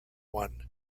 one